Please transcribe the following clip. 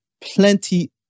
plenty